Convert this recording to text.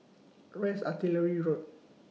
Where IS Artillery Road